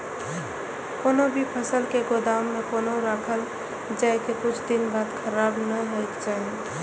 कोनो भी फसल के गोदाम में कोना राखल जाय की कुछ दिन खराब ने होय के चाही?